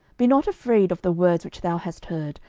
be not afraid of the words which thou hast heard,